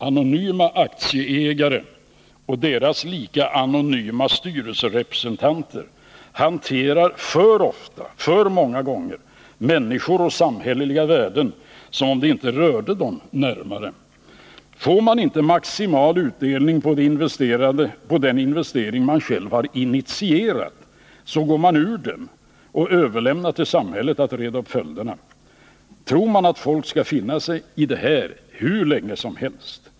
Anonyma aktieägare och deras lika anonyma styrelserepresentanter hanterar för ofta och för många gånger människor och Nr 30 samhälleliga värden som om de inte rörde dem närmare. Får man inte maximal utdelning på den investering man själv har initierat, så går man ur den och överlämnar till samhället att reda upp följderna. Tror man att folk skall finna sig i detta hur länge som helst?